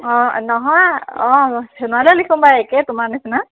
অঁ নহয় অঁ সোনোৱালে লিখো বাৰু একে তোমাৰ নিচিনা